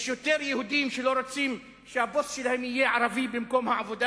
יש יותר יהודים שלא רוצים שהבוס שלהם במקום העבודה